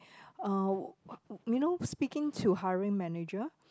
uh you know speaking to hiring manager